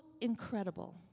incredible